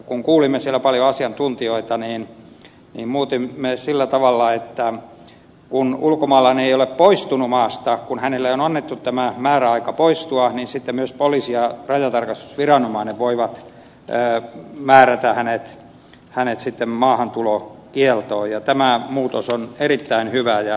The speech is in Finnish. kun kuulimme siellä paljon asiantuntijoita niin muutimme sillä tavalla että kun ulkomaalainen ei ole poistunut maasta kun hänelle on annettu tämä määräaika poistua niin sitten myös poliisi ja rajantarkastusviranomainen voivat määrätä hänet maahantulokieltoon ja tämä muutos on erittäin hyviä ja tehokas